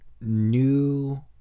new